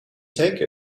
take